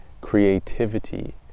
creativity